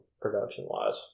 production-wise